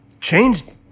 changed